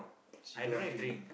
she don't want drink